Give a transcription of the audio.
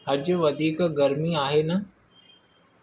अॼु वधीक गर्मी आहे न